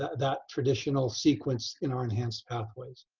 that traditional sequence in our enhanced pathways.